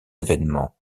événements